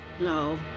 No